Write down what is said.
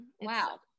Wow